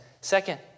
Second